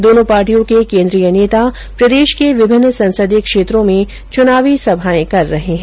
दोनों पार्टियों के केंद्रीय नेता प्रदेष के विभिन्न संसदीय क्षेत्रों में चुनावी सभाए कर रहे है